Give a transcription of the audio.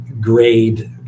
grade